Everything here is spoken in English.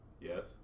Yes